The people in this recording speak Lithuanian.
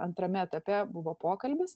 antrame etape buvo pokalbis